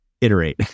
iterate